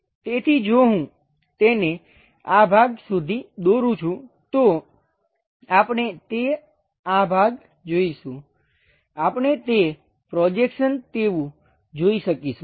તેથી જો હું તેને આ ભાગ સુધી દોરું છું તો આપણે તે અને આ ભાગ જોઈશું આપણે તે પ્રોજેક્શન તેવું જોઈ શકીશું